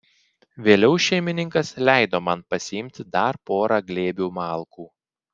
vėliau šeimininkas leido man pasiimti dar porą glėbių malkų